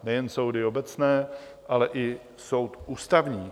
Nejen soudy obecné, ale i soud Ústavní.